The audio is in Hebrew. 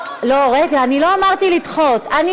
לא, אם את רוצה לדחות אותנו,